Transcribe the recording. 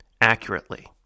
accurately